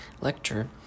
lecture